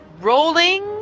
rolling